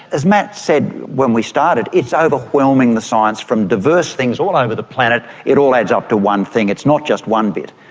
as matt said when we started, it's overwhelming, the science, from diverse things all over the planet, it all adds up to one thing, it's not just one bit.